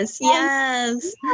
yes